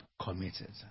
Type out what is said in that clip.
committed